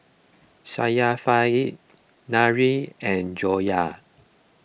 Syafiqah Nurin and Joyah